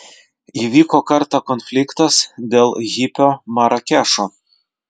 įvyko kartą konfliktas dėl hipio marakešo